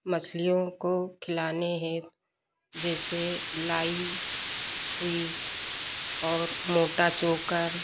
मछलियों को खिलाने है जैसे लाई हुई और मोटा चोकर